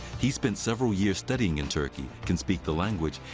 he spent several years studying in turkey, can speak the language,